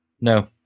No